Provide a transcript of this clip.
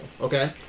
okay